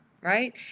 right